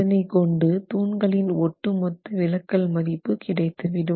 இதனை கொண்டு தூண்களின் ஒட்டுமொத்த விலக்கல் மதிப்பு கிடைத்துவிடும்